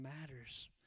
matters